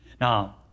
Now